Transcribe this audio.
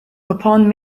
upon